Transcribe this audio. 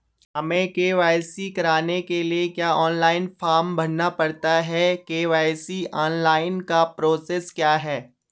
हमें के.वाई.सी कराने के लिए क्या ऑनलाइन फॉर्म भरना पड़ता है के.वाई.सी ऑनलाइन का प्रोसेस क्या है?